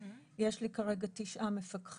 יש לי כרגע שמונה מפקחים